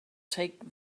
take